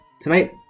tonight